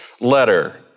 letter